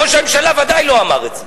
ראש הממשלה ודאי לא אמר את זה.